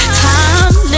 time